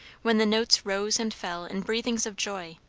when the notes rose and fell in breathings of joy,